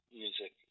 music